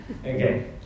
Okay